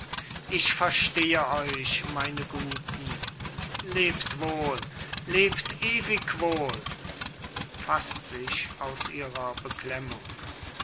ich verstehe euch meine guten lebt wohl lebt ewig wohl faßt sich aus ihrer beklemmung